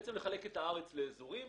אנחנו נחלק את הארץ לאזורים,